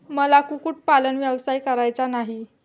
मला कुक्कुटपालन व्यवसाय करायचा नाही